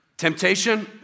Temptation